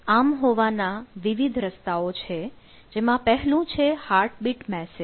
આમ હોવાના વિવિધ રસ્તાઓ છે પહેલું છે હાર્ટ બીટ મેસેજ